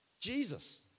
Jesus